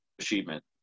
achievement